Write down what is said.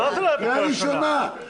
קריאה ראשונה.